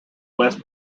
west